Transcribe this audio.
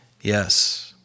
Yes